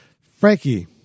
frankie